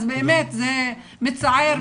אז באמת זה מצער,